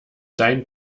dein